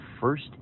first